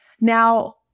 Now